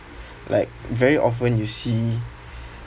like very often you see